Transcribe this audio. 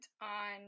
on